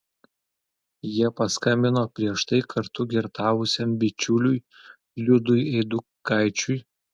jie paskambino prieš tai kartu girtavusiam bičiuliui liudui eidukaičiui